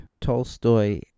Tolstoy